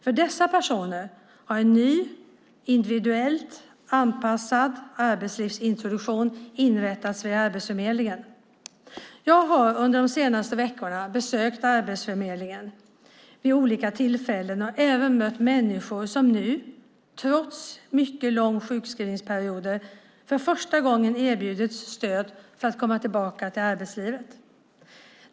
För dessa personer har en ny individuellt anpassad arbetslivsintroduktion inrättats vid Arbetsförmedlingen. Jag har under de senaste veckorna besökt Arbetsförmedlingen vid olika tillfällen och även mött människor som nu - trots mycket långa sjukskrivningsperioder - för första gången erbjuds stöd för att komma tillbaka till arbetslivet.